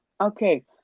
Okay